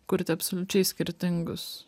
kurti absoliučiai skirtingus